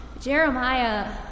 Jeremiah